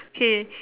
okay